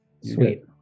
Sweet